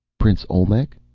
prince olmec,